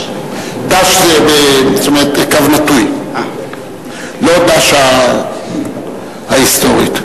דש זה בקו נטוי, לא ד"ש ההיסטורית.